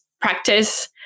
practice